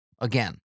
again